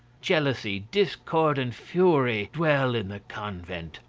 jealousy, discord, and fury, dwell in the convent.